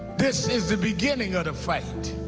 this is the beginning of the fight,